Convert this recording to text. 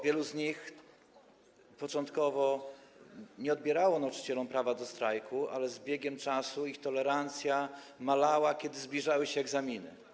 Wielu z nich początkowo nie odbierało nauczycielom prawa do strajku, ale z biegiem czasu ich tolerancja malała, kiedy zbliżały się egzaminy.